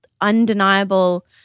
undeniable